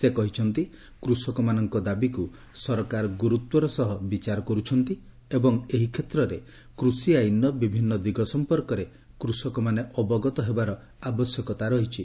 ସେ କହିଛନ୍ତି କୃଷକମାନଙ୍କ ଦାବୀକୃ ସରକାର ଗୁରୁତ୍ୱର ସହ ବିଚାର କରୁଛନ୍ତି ଏବଂ ଏହି କ୍ଷେତ୍ରରେ କୃଷି ଆଇନର ବିଭିନ୍ନ ଦିଗ ସମ୍ପର୍କରେ କୃଷକମାନେ ଅବଗତ ହେବାର ଆବଶ୍ୟକତା ରହିଛି